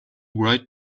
write